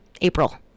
April